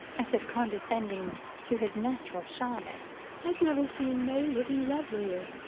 as if condescending to his natural shyness i've never seen may looking lovelier.